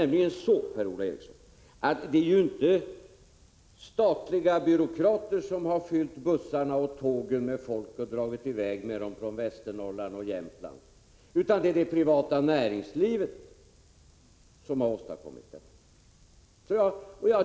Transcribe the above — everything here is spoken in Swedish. Men det är inte, Per-Ola Eriksson, statliga byråkrater som har fyllt bussarna och tågen med folk och dragit i väg med dem från Västernorrland eller Jämtland, utan det är det privata näringslivet som har åstadkommit detta.